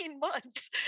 months